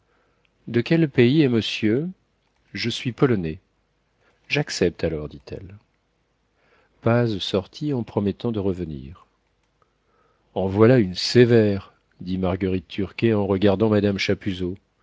de quel pays est monsieur je suis polonais j'accepte alors dit-elle paz sortit en promettant de revenir en voilà une sévère dit marguerite turquet en regardant madame chapuzot